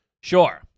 Sure